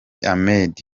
ahmed